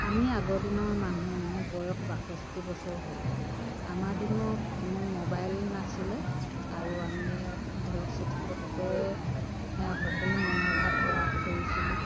আমি আগৰ দিনৰ মানুহ মোৰ বয়স বাষষ্ঠি বছৰ হ'ল আমাৰ দিনত কোনো মবাইল নাছিলে আৰু আমি ধৰক চিঠি পত্ৰই সকলো মনৰ ভাৱ প্ৰকাশ কৰিছিলোঁ